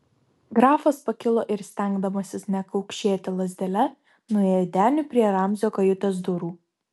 grafas pakilo ir stengdamasis nekaukšėti lazdele nuėjo deniu prie ramzio kajutės durų